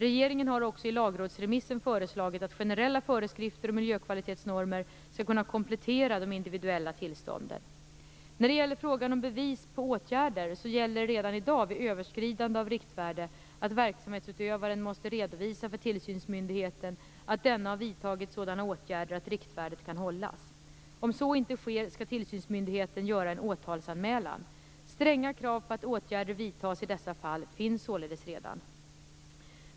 Regeringen har också i lagrådsremissen föreslagit att generella föreskrifter och miljökvalitetsnormer skall kunna komplettera de individuella tillstånden. När det gäller frågan om bevis på åtgärder gäller redan i dag vid överskridande av riktvärde att verksamhetsutövaren måste redovisa för tillsynsmyndigheten att man har vidtagit sådana åtgärder att riktvärdet kan hållas. Om så inte sker skall tillsynsmyndigheten göra en åtalsanmälan. Stränga krav på att åtgärder vidtas i dessa fall finns således redan.